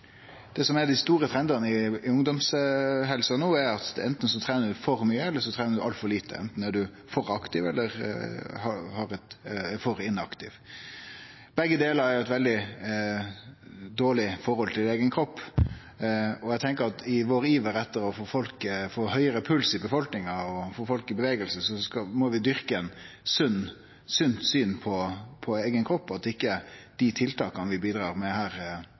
Det som er dei stor trendane i ungdomshelsa no, er at anten trener ein for mykje, eller så trener ein altfor lite. Anten er ein for aktiv eller for inaktiv. Begge delar gir eit veldig dårleg forhold til eigen kropp, og eg tenkjer at i iveren vår etter å få høgare puls i befolkninga og få folk i bevegelse, må vi dyrke eit sunt syn på eigen kropp, og at ikkje dei tiltaka vi gir her,